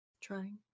trying